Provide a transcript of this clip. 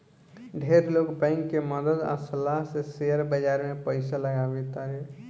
ढेर लोग बैंक के मदद आ सलाह से शेयर बाजार में पइसा लगावे तारे